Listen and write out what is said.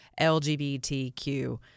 LGBTQ